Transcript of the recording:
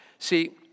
See